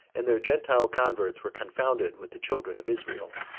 and their gentile converts were confounded with the children of israel,